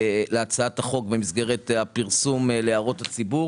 להצעת החוק במסגרת הפרסום להערות הציבור